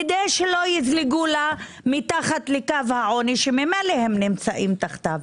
כדי שלא יזלגו מתחת לקו העוני שממילא הם נמצאים תחתיו.